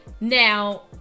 Now